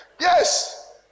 Yes